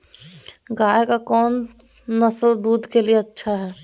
गाय के कौन नसल दूध के लिए अच्छा है?